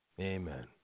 amen